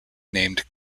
named